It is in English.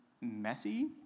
messy